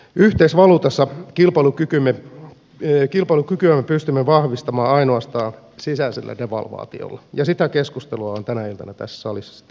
yhteisvaluutassa pystymme vahvistamaan kilpailukykyämme ainoastaan sisäisellä devalvaatiolla ja sitä keskustelua on tänä iltana tässä salissa sitten kyllä käyty